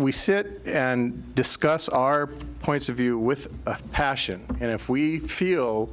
we sit and discuss our points of view with passion and if we feel